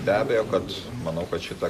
be abejo kad manau kad šita